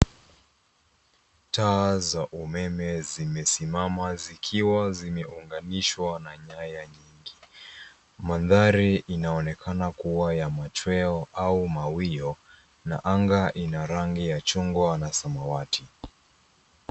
Taa za umeme zimesimama zikiwa zimeunganishwa na nyaya nyingi. Mandhari inaonekana kuwa ya machweo au mawio, na anga ina rangi ya chungwa au samawati.